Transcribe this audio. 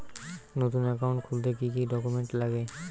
নতুন একাউন্ট খুলতে কি কি ডকুমেন্ট লাগে?